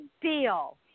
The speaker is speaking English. deal